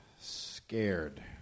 Scared